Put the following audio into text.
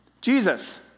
Jesus